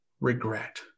regret